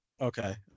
Okay